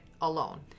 alone